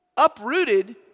Uprooted